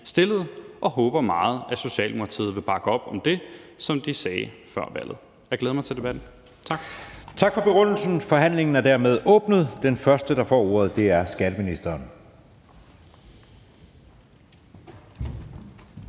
og håber meget, at Socialdemokratiet vil bakke op om det, som de sagde før valget. Jeg glæder mig til debatten. Tak.